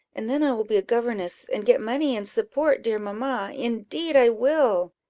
and then i will be a governess, and get money, and support dear mamma indeed i will.